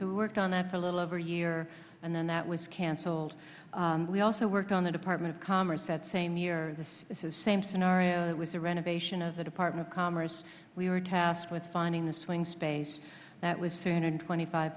who worked on that for a little over a year and then that was canceled we also worked on the department of commerce that same year the same scenario with the renovation of the department of commerce we were tasked with finding the swing space that was soon twenty five